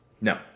No